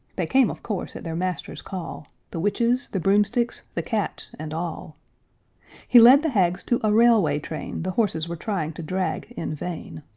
they came, of course, at their master's call, the witches, the broomsticks, the cats, and all he led the hags to a railway train the horses were trying to drag in vain.